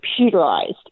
computerized